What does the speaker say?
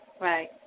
right